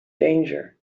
danger